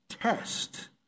test